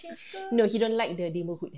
no he don't like the neighbourhood eh